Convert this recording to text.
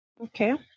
okay